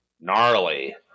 gnarly